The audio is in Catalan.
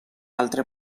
altre